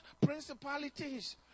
principalities